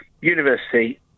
university